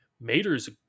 Mater's